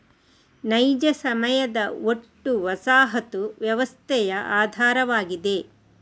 ನೈಜ ಸಮಯದ ಒಟ್ಟು ವಸಾಹತು ವ್ಯವಸ್ಥೆಯ ಆಧಾರವಾಗಿದೆ